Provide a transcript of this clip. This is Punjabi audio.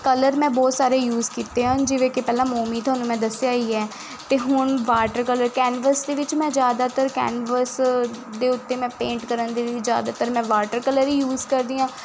ਕਲਰ ਮੈਂ ਬਹੁਤ ਸਾਰੇ ਯੂਜ ਕੀਤੇ ਹਨ ਜਿਵੇਂ ਕਿ ਪਹਿਲਾਂ ਮੋਮੀ ਤੁਹਾਨੂੰ ਮੈਂ ਦੱਸਿਆ ਹੀ ਹੈ ਅਤੇ ਹੁਣ ਵਾਟਰ ਕਲਰ ਕੈਨਵਸ ਦੇ ਵਿੱਚ ਮੈਂ ਜ਼ਿਆਦਾਤਰ ਕੈਨਵਸ ਦੇ ਉੱਤੇ ਮੈਂ ਪੇਂਟ ਕਰਨ ਦੀ ਵੀ ਜ਼ਿਆਦਾਤਰ ਮੈਂ ਵਾਟਰ ਕਲਰ ਯੂਜ ਕਰਦੀ ਹਾਂ